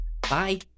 Bye